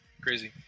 Crazy